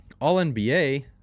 All-NBA